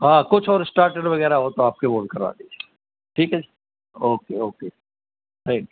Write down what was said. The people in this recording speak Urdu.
ہاں کچھ اور اسٹارٹر وغیرہ ہو تو آپ کے تو وہ بھی کروا دیجیے ٹھیک ہے اوکے اوکے تھینک یو